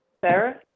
Sarah